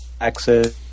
access